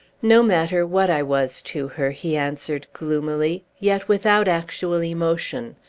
no matter what i was to her, he answered gloomily, yet without actual emotion.